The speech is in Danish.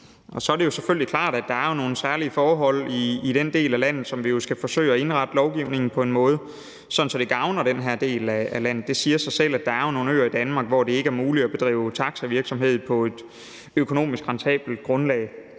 om. Så er det selvfølgelig klart, at der er nogle særlige forhold i den del af landet, og at vi skal forsøge at indrette lovgivningen på en måde, sådan at det gavner den her del af landet. Det siger sig selv, at der er nogle øer i Danmark, hvor det ikke er muligt at bedrive taxavirksomhed på et økonomisk rentabelt grundlag.